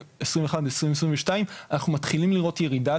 ב-2021-2022 אנחנו מתחילים לראות ירידה,